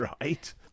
Right